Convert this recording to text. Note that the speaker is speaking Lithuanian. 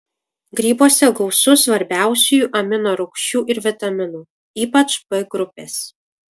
grybuose gausu svarbiausiųjų amino rūgščių ir vitaminų ypač b grupės